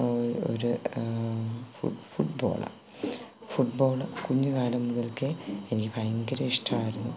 ഒര് ഫുട് ഫുട്ബാളാണ് ഫുട്ബാള് കുഞ്ഞുകാലം മുതൽക്കേ എനിക്ക് ഭയങ്കര ഇഷ്ടമാണ്